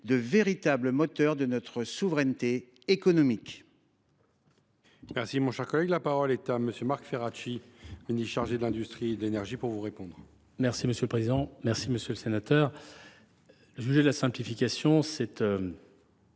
de véritables moteurs de notre souveraineté économique